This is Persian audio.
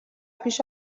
پیش